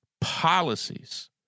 policies